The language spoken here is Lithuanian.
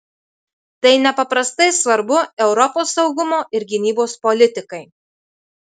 tai nepaprastai svarbu europos saugumo ir gynybos politikai